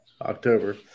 October